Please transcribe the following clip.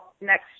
next